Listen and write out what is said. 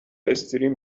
استریم